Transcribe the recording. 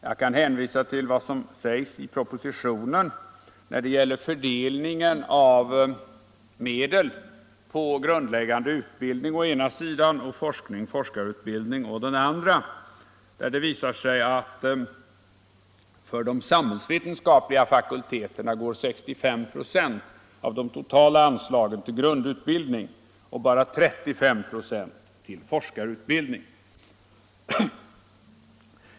Jag kan hänvisa till vad som sägs i propositionen när det gäller fördelningen av medel på grundläggande utbildning å ena sidan och forskning och forskarutbildning å den andra. Det visar sig att för de samhällsvetenskapliga fakulteterna går 65 96 av de totala anslagen till grundutbildning och bara 35 96 till forskarutbildning.